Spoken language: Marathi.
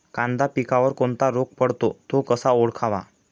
कांदा पिकावर कोणता रोग पडतो? तो कसा ओळखावा?